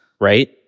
right